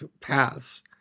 paths